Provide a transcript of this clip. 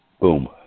Boom